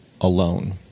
alone